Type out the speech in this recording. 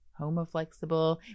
homoflexible